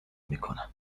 میکنم